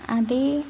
అది